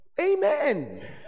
amen